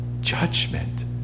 judgment